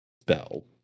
spell